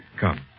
Come